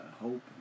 hope